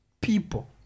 People